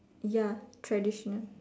ya traditional